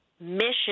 mission